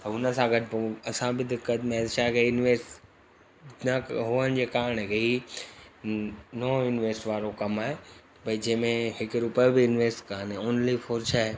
त हुन सां गॾु पोइ असां बि दिक़त में आया असां के इनवेस्ट न कयो होअण जे कारण ई नओ इनवेस्ट वारो कमु आहे भई जंहिंमे हिकु रुपियो बि इनवेस्ट कोन्हे उन लई पोइ छा आहे